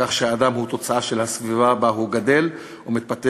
כך שהאדם הוא תוצאה של הסביבה שבה הוא גדל ומתפתח,